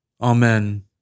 Amen